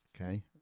okay